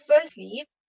firstly